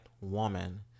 woman